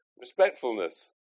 respectfulness